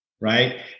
right